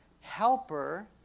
helper